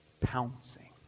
pouncing